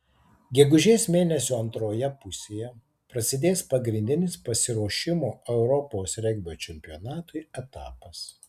gegužės mėnesio antroje pusėje prasidės pagrindinis pasiruošimo europos regbio čempionatui etapas